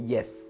Yes